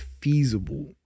feasible